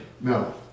No